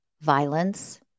violence